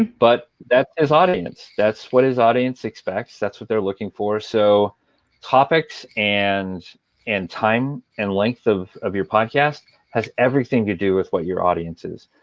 but that's his audience. that's what his audience expects. that's what they're looking for. so topics, and and time, and length of of your podcast has everything to do with what your audience is.